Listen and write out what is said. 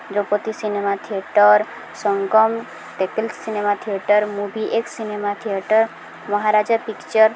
ପ୍ରଗତୀ cinema theatre Sangam cinema theatre ମୁଭିଏକ୍ cinema theatre Maharaja picture